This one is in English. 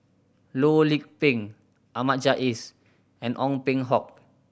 Loh Lik Peng Ahmad Jais and Ong Peng Hock